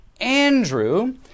Andrew